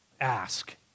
ask